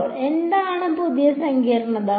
അപ്പോൾ എന്താണ് പുതിയ സങ്കീർണത